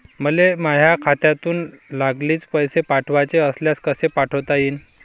मले माह्या खात्यातून लागलीच पैसे पाठवाचे असल्यास कसे पाठोता यीन?